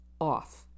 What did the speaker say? off